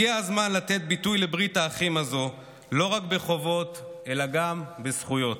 הגיע הזמן לתת ביטוי לברית האחים הזו לא רק בחובות אלא גם בזכויות.